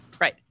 Right